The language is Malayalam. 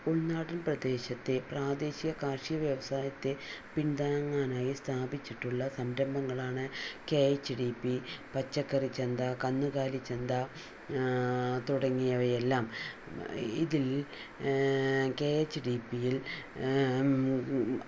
ഉൾനാടൻ പ്രദേശത്തെ പ്രാദേശിക കാർഷിക വ്യവസായത്തെ പിന്താങ്ങാൻ ആയി സ്ഥാപിച്ചിട്ടുള്ള സംരംഭങ്ങളാണ് കെ എച്ച് ഡി പി പച്ചക്കറിച്ചന്ത കന്നുകാലിച്ചന്ത തുടങ്ങിയവയെല്ലാം ഇതിൽ കെ എച്ച് ഡി പിയിൽ